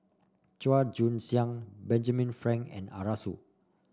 Chua Joon Siang Benjamin Frank and Arasu